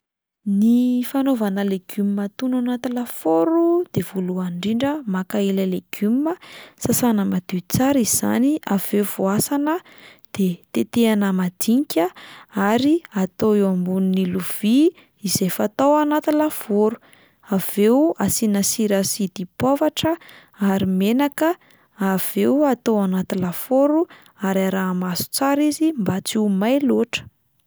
Ny fanaovana legioma atono anaty lafaoro de voalohany indrindra maka ilay legioma, sasana madio tsara izany avy eo voasana de tetehana madinika ary atao eo ambonin'ny lovia izay fatao anaty lafaoro, avy eo asiana sira sy dipoavatra ary menaka, avy eo atao anaty lafaoro ary araha-maso tsara izy mba tsy ho may loatra.